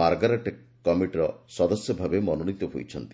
Margaret କମିଟିର ସଦସ୍ୟ ଭାବେ ମନୋନୀତ ହୋଇଛନ୍ତି